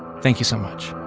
thank you so much